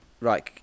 Right